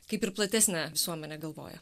kaip ir platesnė visuomenė galvoja